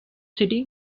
city